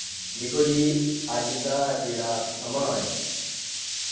दिक्खो जी अज्ज दा जेह्ड़ा समां ऐ